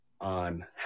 on